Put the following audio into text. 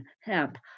hemp